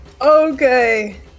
Okay